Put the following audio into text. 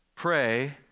pray